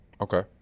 Okay